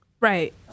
Right